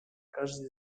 каждый